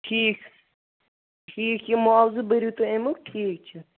ٹھیٖک ٹھیٖک یہِ مٕعاوضہٕ بٔرِو تُہۍ اَمیُک ٹھیٖک چھُ